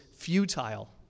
futile